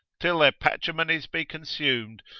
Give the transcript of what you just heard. till their patrimonies be consumed,